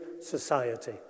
society